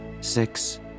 six